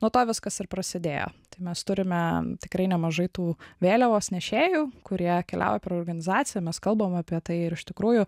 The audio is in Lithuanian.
nuo to viskas ir prasidėjo tai mes turime tikrai nemažai tų vėliavos nešėjų kurie keliauja pro organizaciją mes kalbam apie tai ir iš tikrųjų